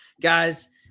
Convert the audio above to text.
guys